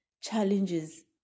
challenges